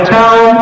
town